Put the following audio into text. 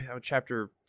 chapter